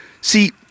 See